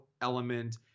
element